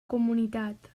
comunitat